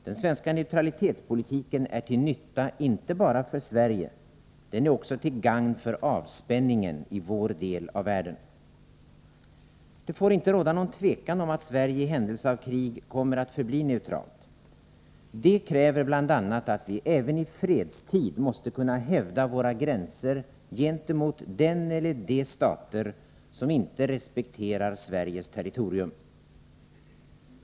Den svenska neutralitetspolitiken är inte bara till nytta för Sverige — den är också till gagn för avspänningen i vår del av världen. Det får inte råda någon tvekan om att Sverige i händelse av krig kommer att förbli neutralt. Detta kräver bl.a. att vi även i fredstid måste kunna hävda våra gränser gentemot den eller de stater som inte respekterar Sveriges territorium.